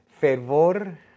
Fervor